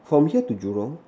from here to Jurong